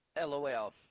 LOL